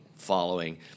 following